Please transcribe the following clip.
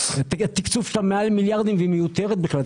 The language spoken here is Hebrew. התקצוב שלה מעל מיליארדים והיא מיותרת בכלל.